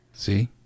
See